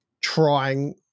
trying